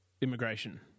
Immigration